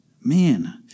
Man